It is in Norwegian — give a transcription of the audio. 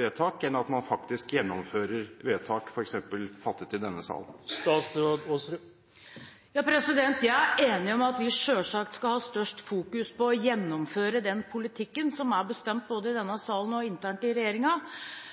vedtak, enn at man faktisk gjennomfører vedtak f.eks. fattet i denne salen? Jeg er enig i at vi selvsagt skal fokusere sterkest på å gjennomføre den politikken som er bestemt, både i denne salen og internt i